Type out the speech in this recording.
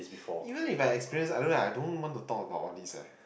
even if I experience I don't know I don't want to talk about all these eh